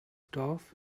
dorf